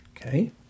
Okay